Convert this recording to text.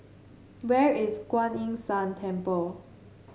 where is Kuan Yin San Temple